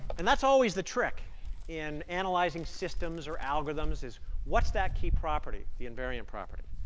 and that's always the trick in analyzing systems or algorithms is what's that key property, the invariant property?